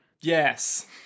Yes